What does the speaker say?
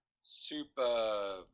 super